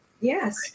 Yes